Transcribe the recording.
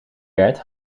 werd